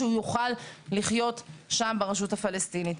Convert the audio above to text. שהוא יוכל לחיות שם ברשות הפלסטינית.